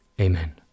Amen